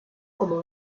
como